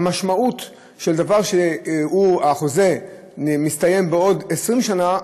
המשמעות של זה שהחוזה מסתיים בעוד 20 שנה,